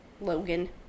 Logan